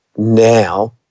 now